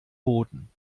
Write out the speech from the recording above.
boden